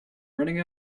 running